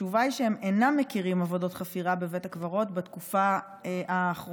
התשובה היא שהם אינם מכירים עבודות חפירה בבית הקברות בתקופה האחרונה,